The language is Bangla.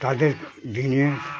তাদের দিনে